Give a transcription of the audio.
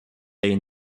they